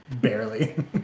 Barely